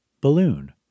Balloon